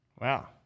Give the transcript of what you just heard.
Wow